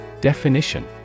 Definition